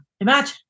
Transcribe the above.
Imagine